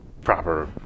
proper